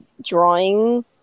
drawing